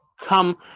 come